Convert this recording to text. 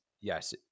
yes